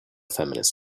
feminist